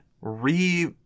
re